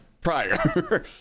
prior